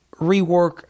rework